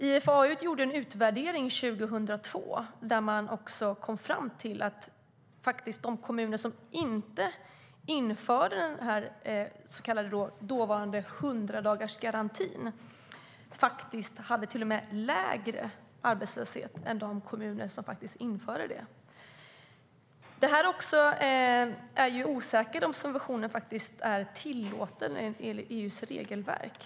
IFAU gjorde en utvärdering 2002 där man kom fram till att de kommuner som inte införde den dåvarande 100-dagarsgarantin till och med hade lägre arbetslöshet än de kommuner som faktiskt införde den. Det är också osäkert om subventionen är tillåten enligt EU:s regelverk.